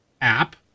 app